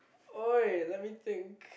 !oi! let me think